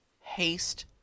Haste